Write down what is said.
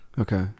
okay